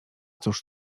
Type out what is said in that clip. cóż